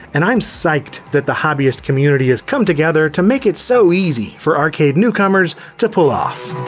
and i'm psyched that the hobbyist community has come together to make it so easy for arcade newcomers to pull off.